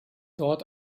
dort